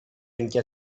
anche